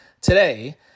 today